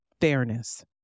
fairness